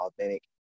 authentic